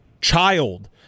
child